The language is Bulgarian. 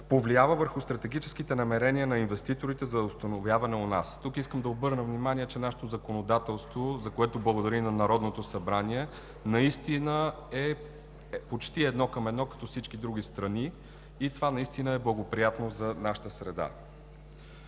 повлиява върху стратегическите намерения на инвеститорите за установяване у нас. Тук искам да обърна внимание, че нашето законодателство, за което благодаря на Народното събрание, наистина е почти едно към едно като на всички други страни и действително това е благоприятно за нашата среда.